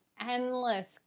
endless